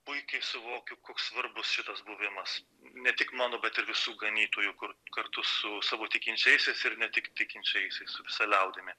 puikiai suvokiu koks svarbus šitas buvimas ne tik mano bet ir visų ganytojų kur kartu su savo tikinčiaisiais ir ne tik tikinčiaisiais su visa liaudimi